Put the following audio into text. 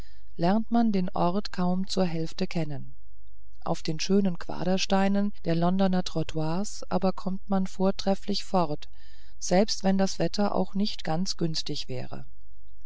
lernt man den ort kaum zur hälfte kennen auf den schönen quadersteinen der londoner trottoirs aber kommt man vortrefflich fort selbst wenn das wetter auch nicht ganz günstig wäre